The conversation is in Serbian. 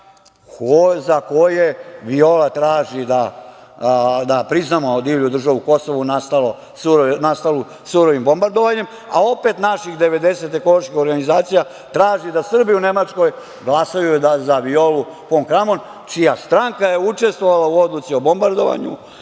za koje Viola traži da priznamo divlju državu Kosovo, nastalu surovim bombardovanjem, a opet naših 90 ekoloških organizacija traži da Srbi u Nemačkoj glasaju za Violu fon Kramon, čija stranka je učestvovala u odluci o bombardovanju